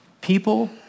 People